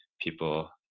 people